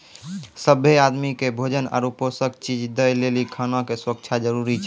सभ्भे आदमी के भोजन आरु पोषक चीज दय लेली खाना के सुरक्षा जरूरी छै